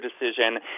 decision